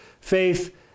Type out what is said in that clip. faith